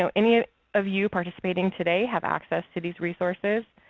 so any of you participating today have access to these resources.